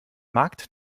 markt